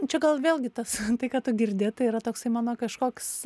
čia gal vėlgi tas tai ką tu girdi tai yra toksai mano kažkoks